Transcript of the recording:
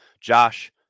Josh